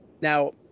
now